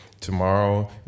tomorrow